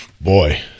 Boy